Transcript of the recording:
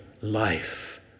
life